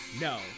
No